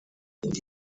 yari